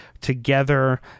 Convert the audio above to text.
together